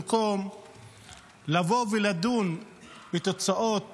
במקום לבוא ולדון בתוצאות